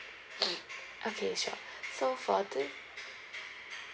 okay sure so for this